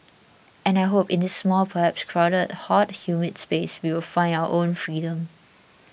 and I hope in this small perhaps crowded hot humid space we will find our own freedom